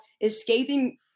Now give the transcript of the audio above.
escaping